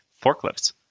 forklifts